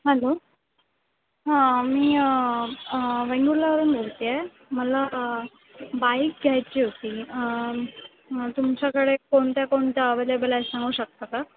hello हां मी वेंगुर्ल्यावरून बोलते आहे मला बाईक घ्यायची होती तुमच्याकडे कोणत्या कोणत्या अवेलेबल आहेत सांगू शकता का